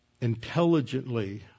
intelligently